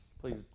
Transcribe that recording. Please